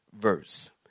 verse